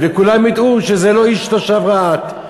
וכולם ידעו שזה לא איש תושב רהט.